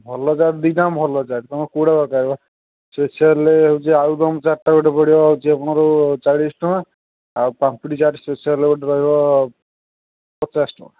ଭଲ ଚାଟ୍ ଦୁଇଟା ଯାକ ଭଲ ଚାଟ୍ ତମର କେଉଁଟା ଦରକାର ବା ସ୍ପେସିଆଲ୍ ହେଉଛି ଆଳୁଦମ ଚାଟ୍ଟା ଗୋଟେ ପଡ଼ିବ ଆପଣଙ୍କୁ ଚାଳିଶି ଟଙ୍କା ଆଉ ପାମ୍ପୁଡ଼ି ଚାଟ୍ଟା ସ୍ପେସିଆଲ୍ ଗୋଟେ ରହିବ ପଚାଶ ଟଙ୍କା